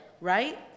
right